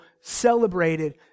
celebrated